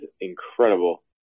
incredible